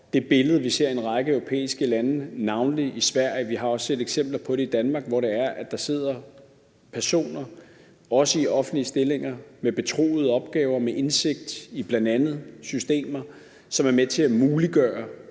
det billede, vi ser i en række europæiske lande, navnlig i Sverige. Vi har også set eksempler på det i Danmark, hvor der sidder personer, også i offentlige stillinger, med betroede opgaver og med indsigt i bl.a. systemer, som er med til at muliggøre